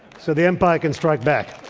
so the empire can strike back.